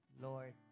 Lord